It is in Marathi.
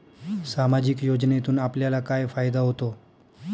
सामाजिक योजनेतून आपल्याला काय फायदा होतो?